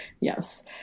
Yes